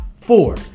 Four